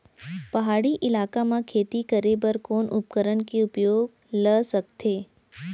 पहाड़ी इलाका म खेती करें बर कोन उपकरण के उपयोग ल सकथे?